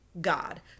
God